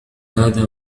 هذا